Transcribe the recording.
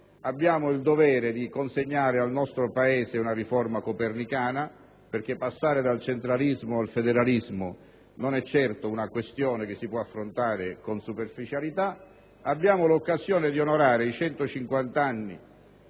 abbiamo il dovere di consegnare al nostro Paese una riforma copernicana, perché passare dal centralismo al federalismo non è certamente una questione che si può affrontare con superficialità. Abbiamo l'occasione di onorare il 150°